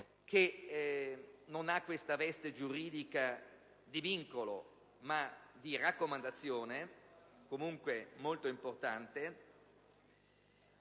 (che non ha una veste giuridica di vincolo, ma di raccomandazione comunque molto importante)